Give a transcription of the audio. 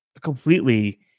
completely